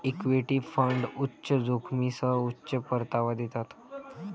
equity fund उच्च जोखमीसह उच्च परतावा देतात